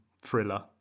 thriller